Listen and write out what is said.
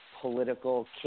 political